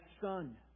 son